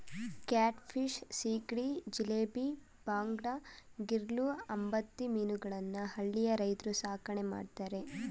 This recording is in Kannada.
ಕ್ಯಾಟ್ ಫಿಶ್, ಸೀಗಡಿ, ಜಿಲೇಬಿ, ಬಾಂಗಡಾ, ಗಿರ್ಲೂ, ಅಂಬತಿ ಮೀನುಗಳನ್ನು ಹಳ್ಳಿಯ ರೈತ್ರು ಸಾಕಣೆ ಮಾಡ್ತರೆ